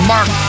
Mark